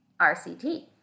RCT